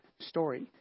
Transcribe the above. story